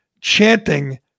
chanting